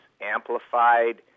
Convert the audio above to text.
amplified